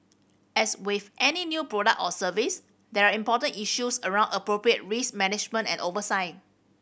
as with any new product or service there are important issues around appropriate risk management and oversight